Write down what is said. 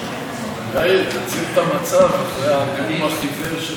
תציל את המצב אחרי הנאום החיוור של ראשת האופוזיציה,